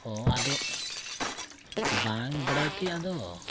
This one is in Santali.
ᱚ ᱟᱫᱚ ᱵᱟᱝ ᱵᱟᱲᱟᱭ ᱛᱮ ᱟᱫᱚ